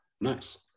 nice